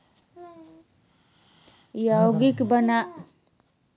यौगिक बनावे मे तत्व के संरचना महत्वपूर्ण हय